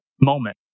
moment